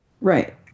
Right